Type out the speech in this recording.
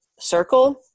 circle